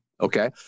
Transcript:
Okay